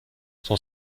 son